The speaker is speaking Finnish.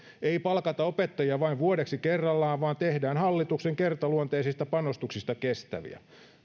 ei palkata opettajia vain vuodeksi kerrallaan vaan tehdään hallituksen kertaluonteisista panostuksista kestäviä